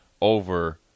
over